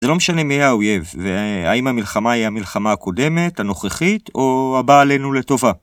זה לא משנה מי האויב, והאם המלחמה היא המלחמה הקודמת, הנוכחית או הבאה עלינו לטובה.